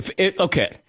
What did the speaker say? Okay